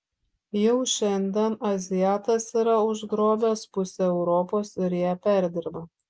jau šiandien azijatas yra užgrobęs pusę europos ir ją perdirba